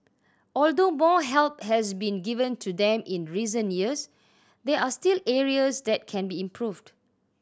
although more help has been given to them in recent years there are still areas that can be improved